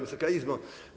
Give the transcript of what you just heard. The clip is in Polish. Wysoka Izbo!